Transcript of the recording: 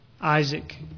Isaac